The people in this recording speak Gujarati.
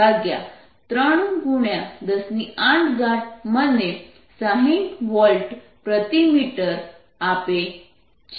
તેથી આ 1204 c થશે જે12091093108 મને 60 વોલ્ટ પ્રતિ મીટર આપે છે